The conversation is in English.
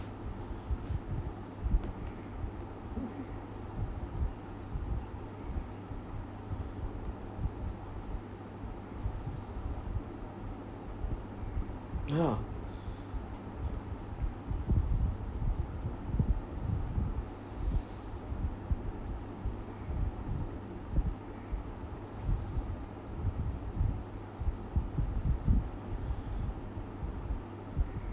ya